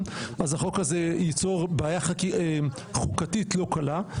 אז החוק הזה ייצור בעיה חוקתית לא קלה.